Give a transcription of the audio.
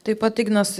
taip pat ignas